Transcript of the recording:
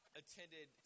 attended